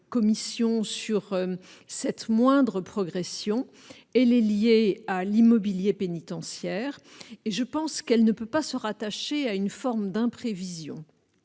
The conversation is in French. commission sur cette moindre progression et les liée à l'immobilier pénitentiaire et je pense qu'elle ne peut pas se rattacher à une forme d'imprévision